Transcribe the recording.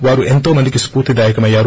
వారు ఎంత మందికి స్పూర్తిదాయకమయ్యారు